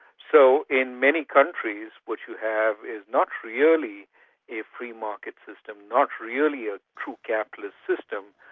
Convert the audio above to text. so in many countries, what you have is not really a free market system, not really a true capitalist system,